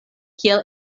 kiel